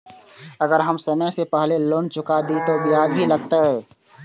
अगर हम समय से पहले लोन चुका देलीय ते ब्याज भी लगते?